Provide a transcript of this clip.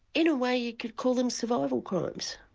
in a way, you could call them survival crimes.